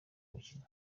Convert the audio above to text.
gukina